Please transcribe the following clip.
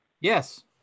Yes